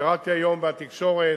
קראתי היום בתקשורת,